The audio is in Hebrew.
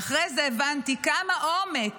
ואחרי זה הבנתי כמה עומק